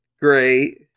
Great